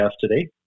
today